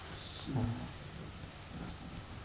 是 !wah!